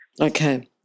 Okay